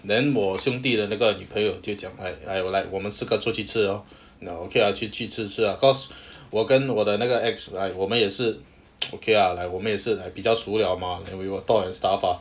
then 我兄弟的那个女朋友就讲 like like 我们四个出去吃 lor okay lah 去吃吃 cause 我跟我的那个 ex like 我们也是 okay lah like 我们也是比较熟了 mah and we will talk and stuff